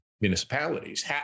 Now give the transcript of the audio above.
municipalities